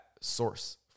source